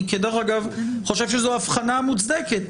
אני כדרך אגב חושב שזו הבחנה מוצדקת.